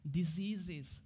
diseases